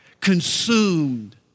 consumed